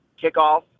Kickoff